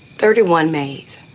thirty one maids.